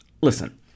Listen